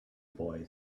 boy